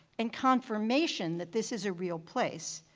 and confirmation that this is a real place,